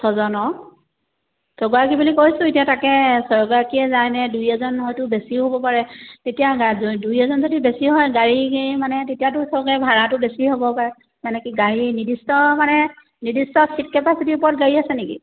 ছজনৰ ছগৰাকী বুলি কৈছোঁ এতিয়া তাকে ছগৰাকীয়ে যায়নে দুই এজন হয়টো বেছিও হ'ব পাৰে তেতিয়া দুই এজন যদি বেছি হয় গাড়ী মানে তেতিয়াতো চাগে ভাড়াটো বেছি হ'ব পাৰে মানে কি গাড়ী নিৰ্দিষ্ট মানে নিৰ্দিষ্ট চিট কেপাচিটিৰ ওপৰত গাড়ী আছে নেকি